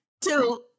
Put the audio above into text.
Two